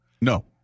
No